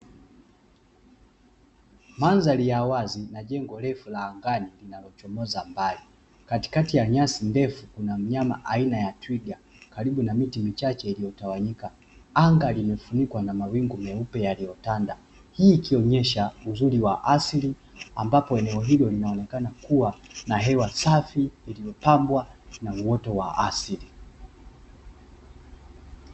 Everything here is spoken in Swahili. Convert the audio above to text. Mandhari ya wazi na jengo refu la angani linalochomoza mbali katikati ya nyasi ndefu kuna mnyama aina ya twiga karibu na miti michache iliyotawanyika, anga limefunikwa na mawingu meupe, yaliyotanda hii ikionesha uzuri wa asili ambapo eneo hilo linaonekana kuwa na hewa safi iliyopambwa na uoto wa asili.